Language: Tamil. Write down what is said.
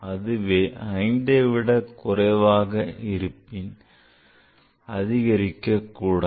அதுவே 5 விடக் குறைவாக இருப்பின் அதிகரிக்கக் கூடாது